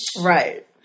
Right